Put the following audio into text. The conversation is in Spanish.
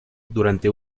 durante